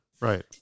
Right